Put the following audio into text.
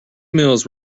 mills